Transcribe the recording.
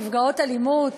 נפגעות אלימות,